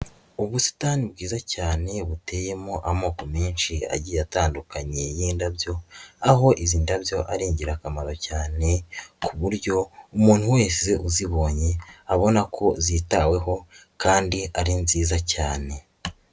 Ubusitani bwiza cyane buteyemo amoko menshi agiye atandukanye y'indabyo, aho izi ndabyo ari ingirakamaro cyane ku buryo umuntu wese uzibonye, abona ko zitaweho kandi ari nziza cyane.